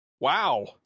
Wow